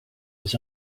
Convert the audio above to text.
his